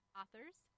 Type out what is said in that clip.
authors